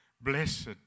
Blessed